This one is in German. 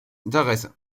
interesse